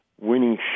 winning